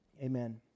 Amen